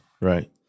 Right